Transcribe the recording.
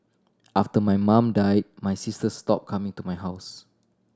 after my mum died my sister stop coming to my house